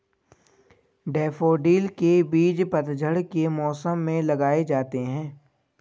daffodil के बीज पतझड़ के मौसम में लगाए जाते हैं